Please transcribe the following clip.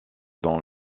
dans